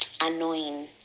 annoying